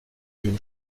une